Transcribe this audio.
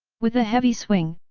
with a heavy swing,